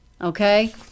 Okay